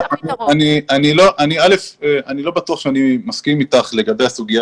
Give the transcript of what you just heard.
אני לא בטוח שאני מסכים אתך לגבי הסוגיה